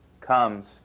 comes